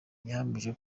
yahamije